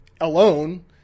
alone